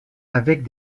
avec